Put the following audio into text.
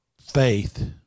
faith